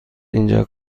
اینجا